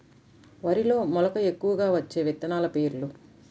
వరిలో మెలక ఎక్కువగా వచ్చే విత్తనాలు పేర్లు?